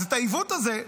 אז את העיוות הזה,